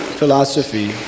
philosophy